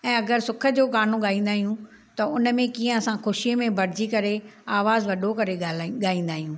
ऐं अगरि सुख जो गानो गाईंदा आहियूं त उन में कीअं असां ख़ुशीअ में भरिजी करे आवाज़ु वॾो करे गाईंदा आहियूं